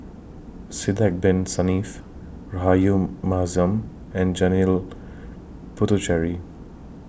Sidek Bin Saniff Rahayu Mahzam and Janil Puthucheary